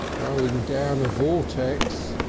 going down a vortex!